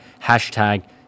hashtag